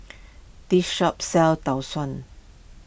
this shop sells Tau Suan